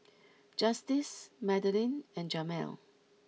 Justice Madilyn and Jamel